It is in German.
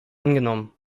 angenommen